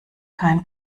kein